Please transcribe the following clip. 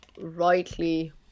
rightly